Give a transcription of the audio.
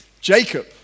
Jacob